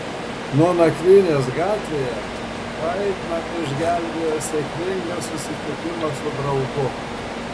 nuo nakvynės gatvėje haidną išgelbėjo sėkmingas susitikimas su draugu